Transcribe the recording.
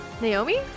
Naomi